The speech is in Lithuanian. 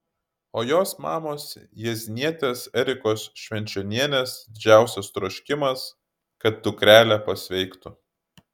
o jos mamos jieznietės erikos švenčionienės didžiausias troškimas kad dukrelė pasveiktų